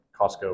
Costco